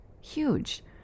huge